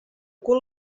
cul